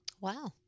Wow